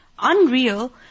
Unreal